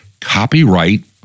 copyright